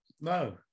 No